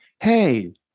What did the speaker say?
hey